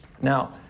Now